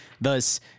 Thus